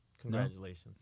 Congratulations